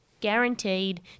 guaranteed